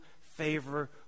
favor